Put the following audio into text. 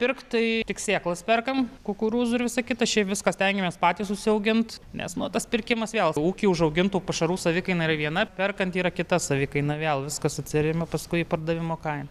pirkt tai tik sėklas perkam kukurūzų ir visa kita šiaip viską stengiamės patys užsiaugint nes nu tas pirkimas vėl ūky užaugintų pašarų savikaina yra viena perkant yra kita savikaina vėl viskas atsiremia paskui į pardavimo kainą